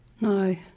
no